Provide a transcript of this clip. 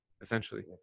essentially